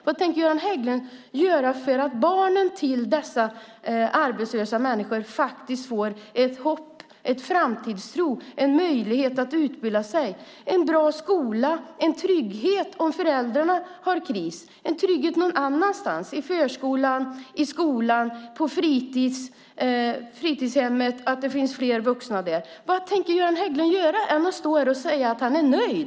Vad tänker Göran Hägglund göra för att barnen till dessa arbetslösa människor faktiskt ska få ett hopp, en framtidstro, en möjlighet att utbilda sig, en bra skola och en trygghet om föräldrarna är i kris? Det handlar om en trygghet någon annanstans, i förskolan, i skolan och på fritidshemmet, och att det finns fler vuxna där. Vad tänker Göran Hägglund göra mer än att stå här och säga att han är nöjd?